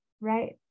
right